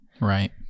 Right